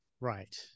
Right